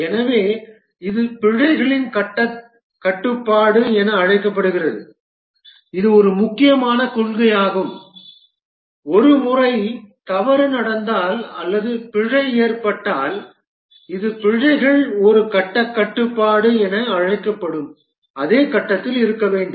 எனவே இது பிழைகளின் கட்டக் கட்டுப்பாடு என அழைக்கப்படுகிறது இது ஒரு முக்கியமான கொள்கையாகும் ஒரு முறை தவறு நடந்தால் அல்லது பிழை ஏற்பட்டால் இது பிழைகள் ஒரு கட்டக் கட்டுப்பாடு என அழைக்கப்படும் அதே கட்டத்தில் இருக்க வேண்டும்